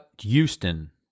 Houston